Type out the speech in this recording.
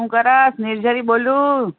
હું કરે છે નિર્જરી બોલું